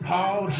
Paul